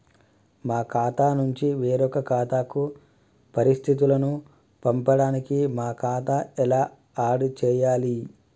మా ఖాతా నుంచి వేరొక ఖాతాకు పరిస్థితులను పంపడానికి మా ఖాతా ఎలా ఆడ్ చేయాలి?